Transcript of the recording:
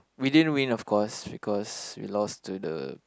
we didn't win of course because we lost to the